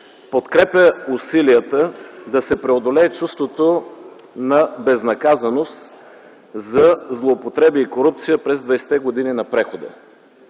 подкрепя усилията да се преодолее чувството на безнаказаност за злоупотреби и корупция през 20-те години на прехода.